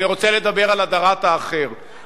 אני רוצה לדבר על הדרת האחר.